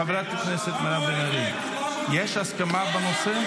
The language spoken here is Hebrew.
חברת הכנסת מירב בן ארי, יש הסכמה בנושא?